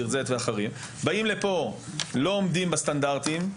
ביר זית ואחרות ובאים לפה כשהם לא עומדים בסטנדרטים,